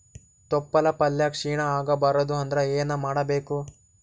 ತೊಪ್ಲಪಲ್ಯ ಕ್ಷೀಣ ಆಗಬಾರದು ಅಂದ್ರ ಏನ ಮಾಡಬೇಕು?